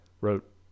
wrote